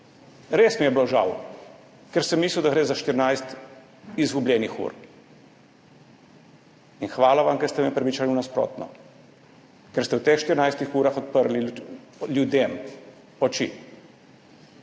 Res mi je bilo žal, ker sem mislil, da gre za 14 izgubljenih ur. In hvala vam, ker ste me prepričali v nasprotno, ker ste v teh 14 urah odprli ljudem oči